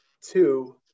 two